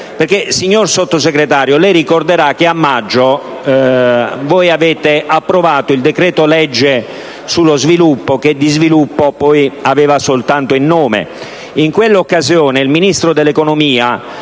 Signor Sottosegretario, lei ricorderà che a maggio la maggioranza ha approvato il decreto-legge sullo sviluppo che di sviluppo, poi, aveva solo il nome.